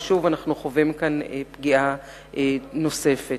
והנה לכם פגיעה נוספת.